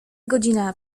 godzina